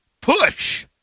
Push